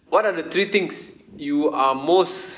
what are the three things you are most